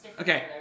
Okay